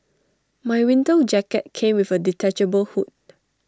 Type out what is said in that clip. my winter jacket came with A detachable hood